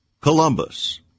Columbus